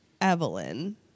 Evelyn